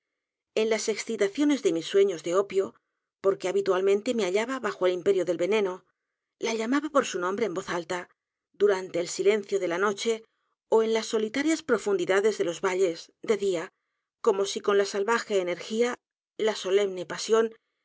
n las excitaciones de mis sueños de opio porque habitualmente me hallaba bajo el imperio del veneno la llamaba por su nombre en voz alta durante el silencio de la noche ó en las solitarias profundidades de los valles de día como si con la salvaje energía la solemne pasión